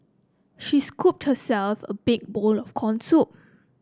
she scooped herself a big bowl of corn soup